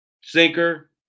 Sinker